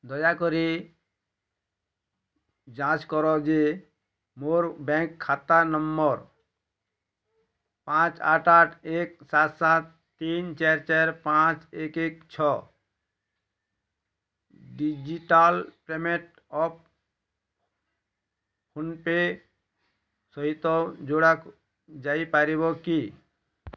ଦୟାକରି ଯାଞ୍ଚ କର ଯେ ମୋର ବ୍ୟାଙ୍କ୍ ଖାତା ନମ୍ବର ପାଞ୍ଚ ଆଠ ଆଠ ଏକ୍ ସାତ ସାତ ତିନି ଚାରି ଚାରି ପାଞ୍ଚ ଏକ୍ ଏକ୍ ଛଅ ଡିଜିଟାଲ୍ ପେମେଣ୍ଟ୍ ଆପ୍ ଫୋନ୍ପେ' ସହିତ ଯୋଡ଼ା ଯାଇପାରିବ କି